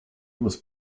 was